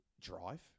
Drive